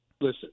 listen